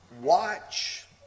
watch